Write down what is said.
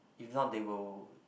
if not they will